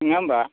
नङा होमब्ला